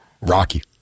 Rocky